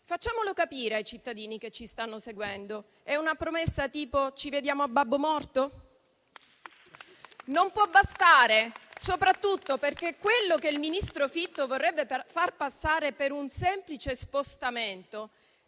Facciamolo capire ai cittadini che ci stanno seguendo. È una promessa tipo ci vediamo a babbo morto? Non può bastare soprattutto perché quello che il ministro Fitto vorrebbe far passare per un semplice spostamento